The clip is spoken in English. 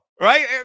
Right